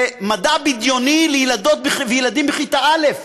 זה מדע בדיוני לילדות וילדים בכיתה א'.